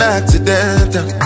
accidental